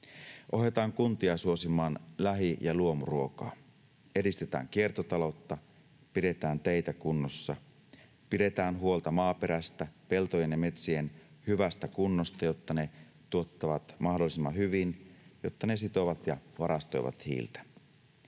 Ohjataan kuntia suosimaan lähi- ja luomuruokaa, edistetään kiertotaloutta, pidetään teitä kunnossa, pidetään huolta maaperästä, peltojen ja metsien hyvästä kunnosta, jotta ne tuottavat mahdollisimman hyvin ja jotta ne sitovat ja varastoivat hiiltä.